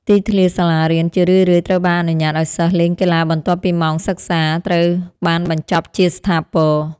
ទីធ្លាសាលារៀនជារឿយៗត្រូវបានអនុញ្ញាតឱ្យសិស្សលេងកីឡាបន្ទាប់ពីម៉ោងសិក្សាត្រូវបានបញ្ចប់ជាស្ថាពរ។